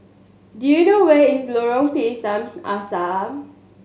do you know where is Lorong Pisang Asam